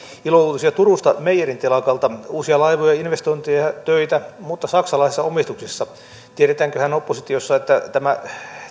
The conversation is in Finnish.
ilouutisia turusta meyerin telakalta uusia laivoja investointeja ja töitä mutta saksalaisessa omistuksessa tiedetäänköhän oppositiossa että tämä